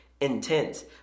intense